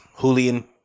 Julian